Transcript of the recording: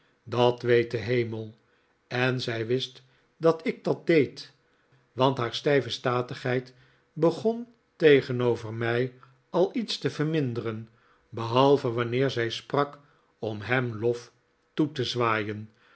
dat weet de hemel en zij wist dat ik dat deed want haar stijve statigheid begon tegenover mij al iets te verminderen behalve wanneer zij sprak om hem lof toe te zwaaien